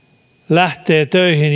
lähtee töihin